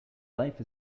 life